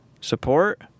support